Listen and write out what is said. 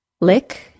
Lick